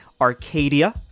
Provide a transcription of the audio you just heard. Arcadia